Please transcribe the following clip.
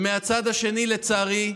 מהצד השני, לצערי,